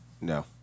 No